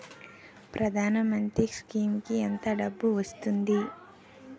ప్రధాన మంత్రి స్కీమ్స్ కీ ఎంత డబ్బు వస్తుంది?